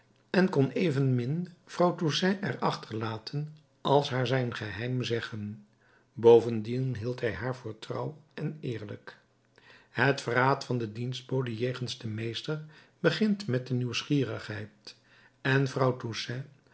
en kon evenmin vrouw toussaint er achterlaten als haar zijn geheim zeggen bovendien hield hij haar voor trouw en eerlijk het verraad van den dienstbode jegens den meester begint met de nieuwsgierigheid en vrouw